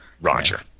Roger